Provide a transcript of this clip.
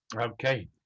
Okay